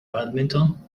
badminton